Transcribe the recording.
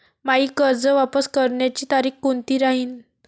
मायी कर्ज वापस करण्याची तारखी कोनती राहीन?